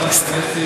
חברת הכנסת